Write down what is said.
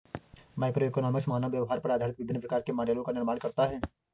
microeconomics मानव व्यवहार पर आधारित विभिन्न प्रकार के मॉडलों का निर्माण करता है